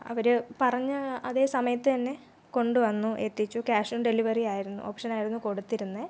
അവർ പറഞ്ഞ അതേ സമയത്ത് തന്നെ കൊണ്ടു വന്നു എത്തിച്ചു ക്യാഷ് ഓൺ ഡെലിവറി ആയിരുന്നു ഒപ്ഷനായിരുന്നു കൊടുത്തിരുന്നത്